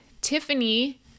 Tiffany